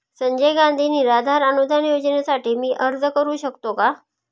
संजय गांधी निराधार अनुदान योजनेसाठी मी अर्ज करू शकतो का?